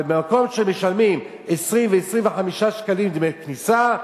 אבל במקום שמשלמים 20 ו-25 שקלים דמי כניסה,